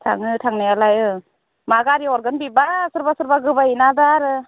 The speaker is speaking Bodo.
थाङो थांनायालाय मा गारि हरगोन बेबा सोरबा सोरबा गोबायोना दा आरो